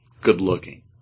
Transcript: good-looking